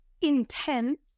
Intense